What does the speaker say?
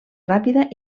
ràpida